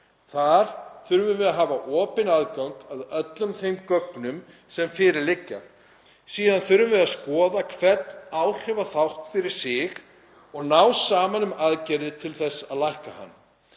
Þar þurfum við að hafa opinn aðgang að öllum þeim gögnum sem fyrir liggja. Síðan þurfum við að skoða hvern áhrifaþátt fyrir sig og ná saman um aðgerðir til að lækka hana,